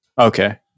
Okay